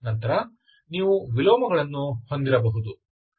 ನಂತರ ನೀವು ವಿಲೋಮಗಳನ್ನು ಹೊಂದಿರಬಹುದು